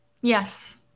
Yes